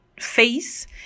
face